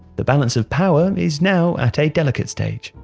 the balance of power is now at a delicate stage.